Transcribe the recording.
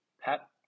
Pat